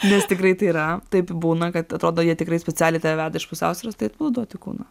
nes tikrai tai yra taip būna kad atrodo jie tikrai specialiai tave veda iš pusiausvyros tai atpalaiduoti kūną